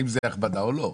האם זאת הכבדה או לא?